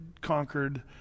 conquered